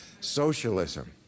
socialism